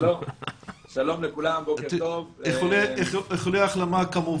אני מרגיש